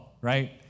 right